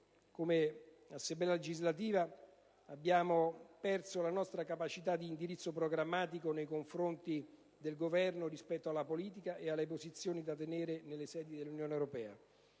come Assemblea legislativa abbiamo perso la nostra capacità di indirizzo programmatico nei confronti del Governo rispetto alla politica e alle posizioni da tenere nelle sedi dell'Unione europea.